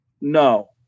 No